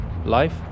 Life